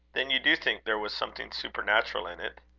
then you do think there was something supernatural in it?